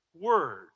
word